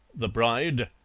the bride,